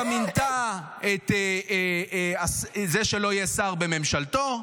גם מינתה את זה שלא יהיה שר בממשלתו,